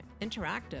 interactive